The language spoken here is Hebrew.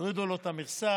יורידו לו את המכסה,